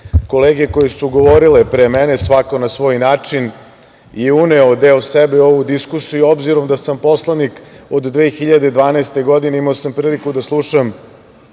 Kolege koje su govorile pre mene, svako na svoj način je uneo deo sebe u ovu diskusiju. Obzirom da sam poslanik od 2012. godine imao sam priliku da slušam